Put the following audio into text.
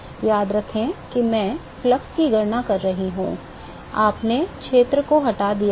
याद रखें कि मैं प्रवाह की गणना कर रहा हूं आपने क्षेत्र को हटा दिया है